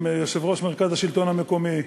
עם יושב-ראש מרכז השלטון המקומי,